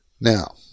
Now